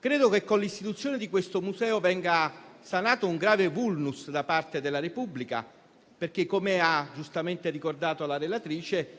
Credo che con l'istituzione di questo Museo venga sanato un grave *vulnus* da parte della Repubblica, perché - come ha giustamente ricordato la relatrice